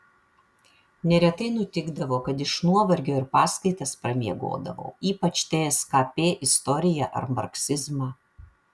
neretai nutikdavo kad iš nuovargio ir paskaitas pramiegodavau ypač tskp istoriją ar marksizmą